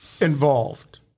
involved